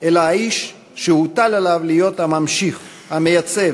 אלא האיש שהוטל עליו להיות הממשיך, המייצב,